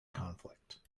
conflict